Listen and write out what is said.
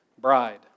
bride